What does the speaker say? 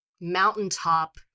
mountaintop